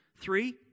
three